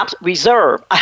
Reserve